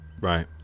Right